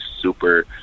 super